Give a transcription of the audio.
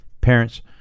Parents